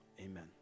Amen